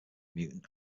mutant